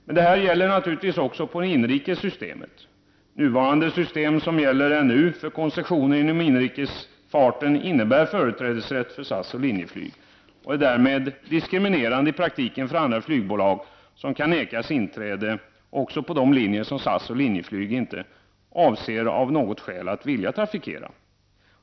Detta gäller naturligt vis också systemet för inrikestrafiken. Nuvarande system för koncessioner inom inrikesflyget innebär företrädesrätt för SAS och Linjeflyg och är i praktiken därmed diskriminerande för andra flygbolag, som kan nekas inträde också på de linjer som SAS och Linjeflyg av något skäl inte vill trafikera.